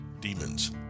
demons